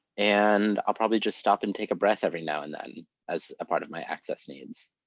and i'll probably just stop and take a breath every now and then as part of my access needs.